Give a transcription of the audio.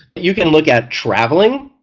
you can look at travelling.